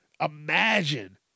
imagine